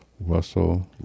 Russell